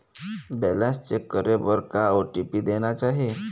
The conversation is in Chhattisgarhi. बैलेंस चेक करे बर का ओ.टी.पी देना चाही?